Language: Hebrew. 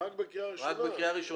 רק בקריאה ראשונה,